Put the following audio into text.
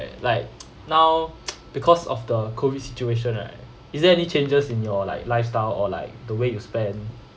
like now because of the COVID situation right is there any changes in your like lifestyle or like the way you spend